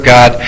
God